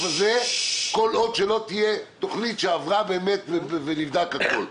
הזה כל עוד שלא תהיה תוכנית שעברה ונבדק הכול.